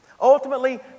Ultimately